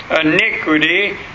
iniquity